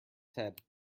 head